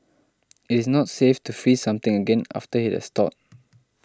it is not safe to freeze something again after it has thawed